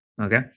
okay